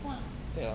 !wah!